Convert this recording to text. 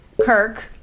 Kirk